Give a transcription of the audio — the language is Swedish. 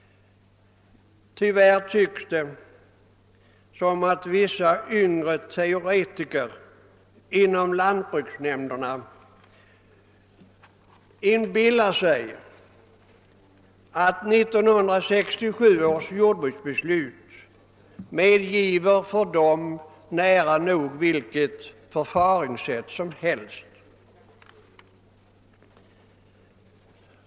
Tyvärr synes det som om vissa yngre teoretiker på lantbruksnämnderna inbillar sig att 1967 års jordbruksbeslut ger dem rätt till nära nog vilket förfaringssätt som helst.